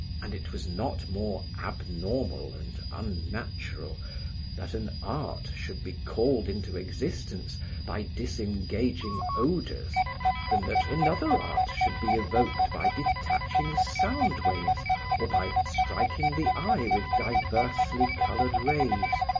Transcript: and it was not more abnormal and unnatural that an art should be called into existence by disengaging odors than that another art should be evoked by detaching sound waves or by striking the eye with diversely colored rays.